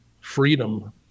freedom